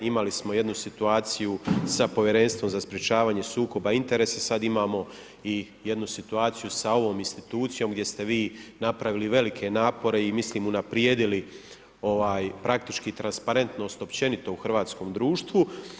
Imali smo jednu situaciju sa Povjerenstvom za sprečavanje sukoba interesa, sad imamo i jednu situaciju sa ovom institucijom gdje ste vi napravili velike napore i mislim unaprijedili praktički transparentnost općenito u hrvatskom društvu.